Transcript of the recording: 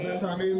הרבה פעמים